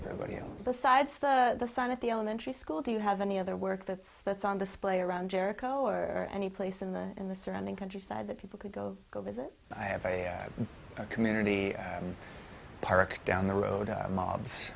everybody else besides the fun at the elementary school do you have any other work that that's on display around jericho or any place in the in the surrounding countryside that people could go go visit i have a community park down the road mobs